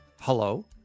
Hello